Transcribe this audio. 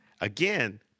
again